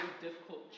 difficult